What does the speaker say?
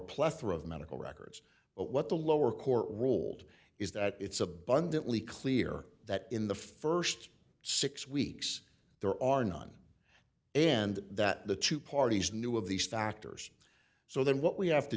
plethora of medical records but what the lower court ruled is that it's abundantly clear that in the st six weeks there are none and that the two parties knew of these factors so then what we have to